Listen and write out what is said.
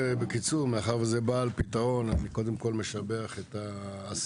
בקיצור מאחר וזה בא על פתרון אני קודם כל משבח את העשייה,